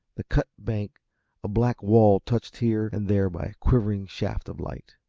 the cut-bank a black wall touched here and there by a quivering shaft of light.